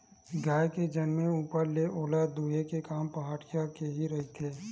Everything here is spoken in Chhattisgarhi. गाय के जनमे ऊपर ले ओला दूहे के काम पहाटिया के ही रहिथे